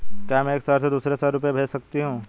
क्या मैं एक शहर से दूसरे शहर रुपये भेज सकती हूँ?